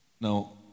now